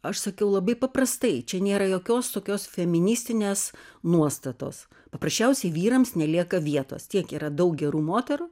aš sakiau labai paprastai čia nėra jokios tokios feministinės nuostatos paprasčiausiai vyrams nelieka vietos tiek yra daug gerų moterų